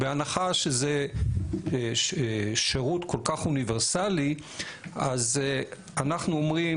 בהנחה שזה שירות כל כך אוניברסלי, אז אנחנו אומרים